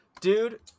Dude